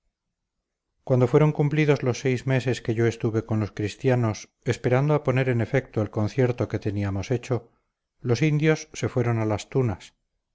cuando fueron cumplidos los seis meses que yo estuve con los cristianos esperando a poner en efecto el concierto que teníamos hecho los indios se fueron a las tunas